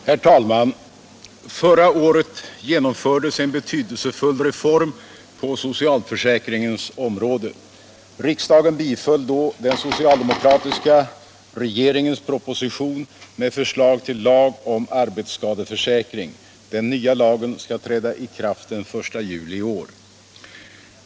Herr talman! Förra året genomfördes en betydelsefull reform på socialförsäkringens område. Riksdagen biföll då den socialdemokratiska re geringens proposition med förslag till lag om arbetsskadeförsäkring. Den nya lagen skall träda i kraft den 1 juli i år.